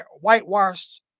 whitewashed